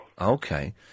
Okay